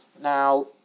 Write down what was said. Now